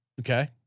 Okay